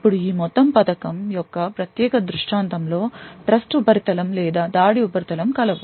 ఇప్పుడు ఈ మొత్తం పథకం యొక్క ప్రత్యేక దృష్టాంతం లో ట్రస్ట్ ఉపరితలం లేదా దాడి ఉపరితలం కలవు